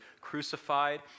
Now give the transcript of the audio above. crucified